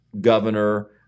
governor